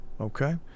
okay